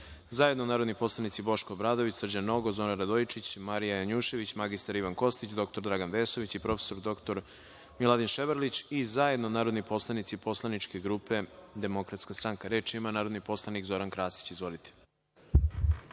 zajedno narodni poslanici Boško Obradović, Srđan Nogo, Zoran Radojičić, Marija Janjušević, mr Ivan Kostić, dr Dragan Vesović i prof. dr Milan Ševarlić, i zajedno narodni poslanici Poslaničke grupe Demokratska stranka. Reč ima narodni poslanik Zoran Krasić. Izvolite.